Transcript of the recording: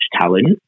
talent